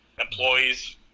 employees